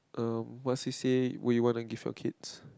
er what c_c_a would you wanna give your kids